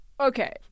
Okay